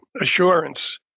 assurance